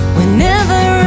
Whenever